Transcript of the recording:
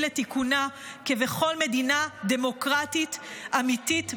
לתיקונה כבכל מדינה דמוקרטית אמיתית בעולם.